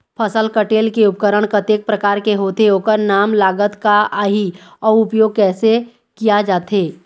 फसल कटेल के उपकरण कतेक प्रकार के होथे ओकर नाम लागत का आही अउ उपयोग कैसे किया जाथे?